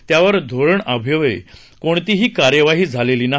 त्यावर धोरणा अभावी कोणतीही कार्यवाही झालेली नाही